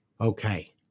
Okay